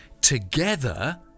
together